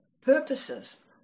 purposes